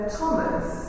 Thomas